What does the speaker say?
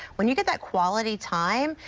when you get that quality time,